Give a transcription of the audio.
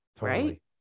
Right